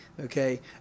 okay